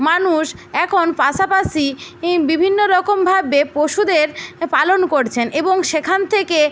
মানুষ এখন পাশাপাশি ই বিভিন্ন রকমভাবে পশুদের পালন করছেন এবং সেখান থেকে